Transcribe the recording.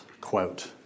quote